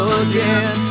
again